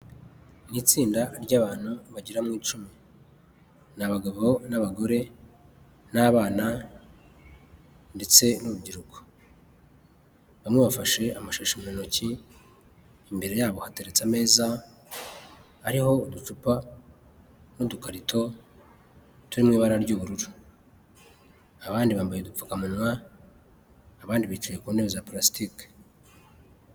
Mu itsinda ry'abantu bagira mu icumu, n'abagabo n'abagore n'abana ndetse n'urubyiruko. Bamwe bafashe amashusho mu ntoki, imbere yabo hateriretse ameza, ariho uducupa n'udukarito turi mu ibara ry'ubururu, abandi bambaye udupfukamunwa abandi bicaye ku ntebe za parasitiki.